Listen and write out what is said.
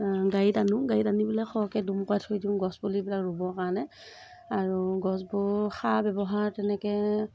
গাড়ীত আনো গাড়ীত আনি পেলাই সৰহকৈ দোমোকাই থৈ দিওঁ গছপুলিবিলাক ৰুবৰ কাৰণে আৰু গছবোৰ সাৰ ব্যৱহাৰ তেনেকৈ